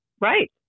Right